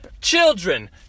children